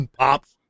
pops